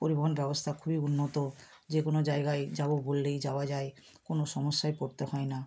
পরিবহন ব্যবস্থা খুবই উন্নত যে কোনো জায়গায় যাবো বললেই যাওয়া যায় কোনও সমস্যায় পড়তে হয় না